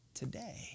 Today